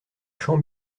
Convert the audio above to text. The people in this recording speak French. champ